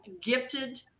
gifted